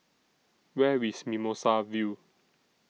Where IS Mimosa View